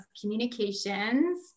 communications